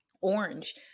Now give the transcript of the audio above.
Orange